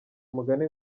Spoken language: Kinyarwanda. umugani